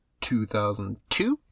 2002